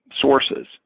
sources